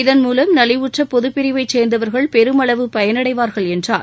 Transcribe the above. இதன் மூலம் நலிவுற்ற பொதுப் பிரிவைச் சேர்ந்தவர்கள் பெருமளவு பயனடைவார்கள் என்றார்